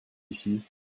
ici